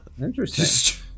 Interesting